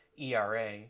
era